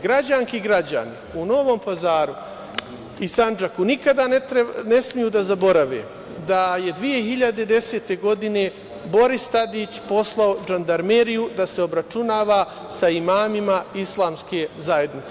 Građanke i građani u Novom Pazaru i Sandžaku nikada ne smeju da zaborave da je 2010. godine Boris Tadić poslao žandarmeriju da se obračunava sa imamima islamske zajednice.